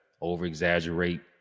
over-exaggerate